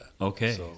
Okay